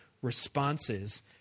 responses